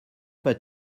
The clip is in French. vas